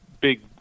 big